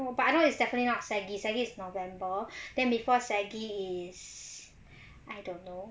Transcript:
I don't know but I know is definitely not saggi saggi is november then before saggi is I don't know